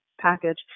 package